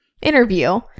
interview